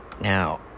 Now